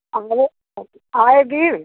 अंगले आए गिर